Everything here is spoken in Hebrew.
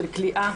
של כליאה,